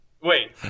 wait